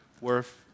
worth